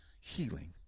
healing